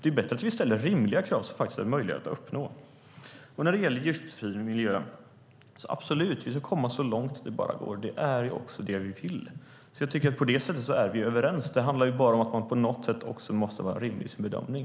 Det är bättre att vi ställer rimliga krav som faktiskt är möjliga att uppnå. När det gäller giftfri miljö ska vi absolut komma så långt det bara går. Det vill vi också. Jag tycker att vi på det sättet är överens. Det handlar bara om att det på något sätt också måste vara en rimlighetsbedömning.